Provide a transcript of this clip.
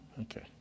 Okay